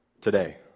today